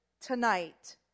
tonight